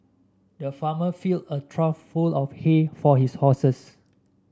the farmer filled a trough full of hay for his horses